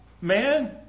man